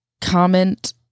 comment